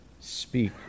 speak